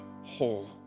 whole